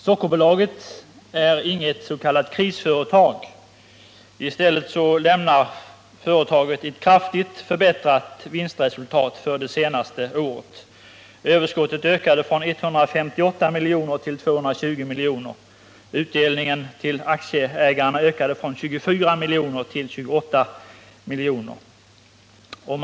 Sockerbolaget är inte något s.k. krisföretag. Tvärtom lämnar företaget ett kraftigt förbättrat vinstresultat för det senaste året. Överskottet ökade från 158 milj.kr. till 220 milj.kr. Utdelningen till aktieägarna ökade från 24 till 28 milj.kr.